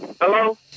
Hello